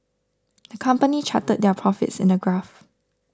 the company charted their profits in a graph